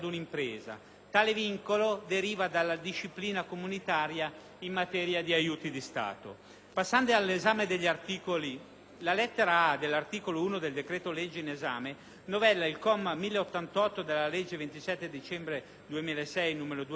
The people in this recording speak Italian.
tale vincolo deriva dalla disciplina comunitaria in materia di aiuti di Stato. Passando all'esame degli articoli, la lettera *a)* dell'articolo 1 del decreto-legge in esame novella il comma 1088 della legge 27 dicembre 2006, n. 296,